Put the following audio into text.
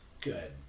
Good